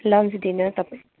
lunch dinner तपाईँ